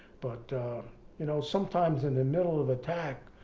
but you know sometimes in the middle of attack,